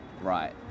right